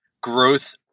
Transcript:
growth